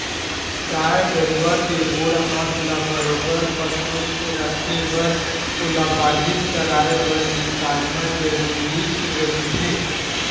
गाय गरुवा के गोड़ हात ल बरोबर पसुल रखे बर ओला बाहिर चराए बर निकालना जरुरीच रहिथे